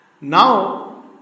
Now